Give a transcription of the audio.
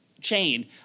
chain